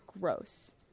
gross